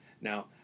now